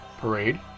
parade